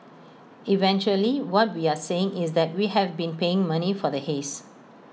eventually what we are saying is that we have been paying money for the haze